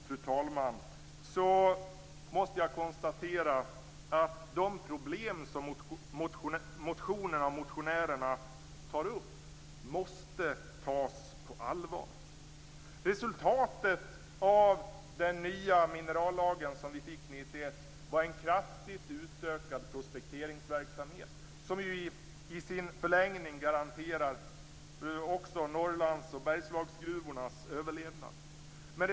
Fru talman! De problem som motionen och motionärerna tar upp måste alltså tas på allvar. Resultatet av den nya minerallagen från 1991 var en kraftigt utökad prospekteringsverksamhet som i sin förlängning garanterar Norrlands och Bergslagsgruvornas överlevnad.